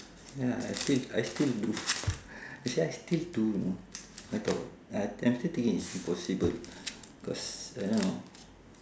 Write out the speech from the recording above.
ya I still I still do actually I still do you know I thought uh I'm still thinking it's impossible cause uh